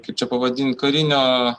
kaip čia pavadint karinio